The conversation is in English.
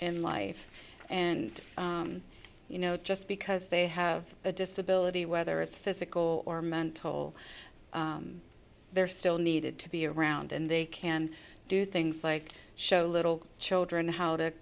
in life and you know just because they have a disability whether it's physical or mental they're still needed to be around and they can do things like show little children how to